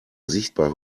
sichtbar